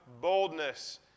boldness